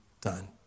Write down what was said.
done